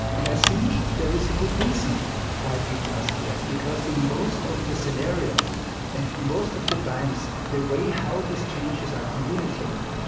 and i think there is a good reason why people are scared because in most of the scenarios and most of the times the way how these changes are communicated,